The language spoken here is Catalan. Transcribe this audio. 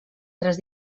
tres